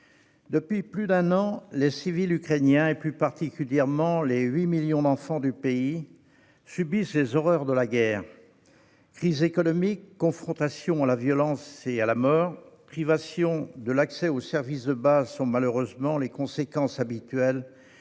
Depuis plus d'un an, les civils ukrainiens, et plus particulièrement les 8 millions d'enfants du pays, subissent les horreurs de la guerre : crise économique, confrontation à la violence et à la mort, privation de l'accès aux services de base, qui sont malheureusement les conséquences habituelles